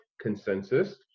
Consensus